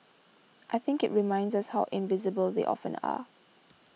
I think it reminds us how invisible they often are